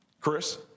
Chris